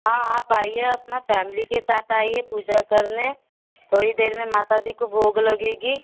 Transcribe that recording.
हाँ आप आइए अपना फैमिली के साथ आइए पूजा करने थोड़ी देर में माता जी को भोग लगेगी